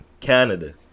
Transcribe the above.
Canada